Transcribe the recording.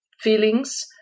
feelings